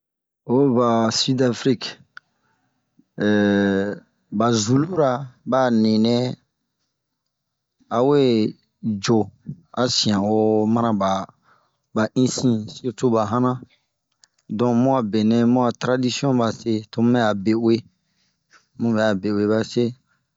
Oyi va sidafiriki, eehh ba zulura ba'a ninɛɛ, awe yo,a sianwoo mana ba. Ba isin sirtu ba hana donke bun a benɛ bun a taradisiɔn ba se to bun do'uee ,bun a do'uee ba se.